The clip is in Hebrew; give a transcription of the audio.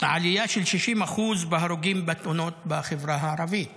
עלייה של 60% בהרוגים בתאונות בחברה הערבית